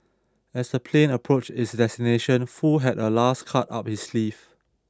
as the plane approached its destination Foo had a last card up his sleeve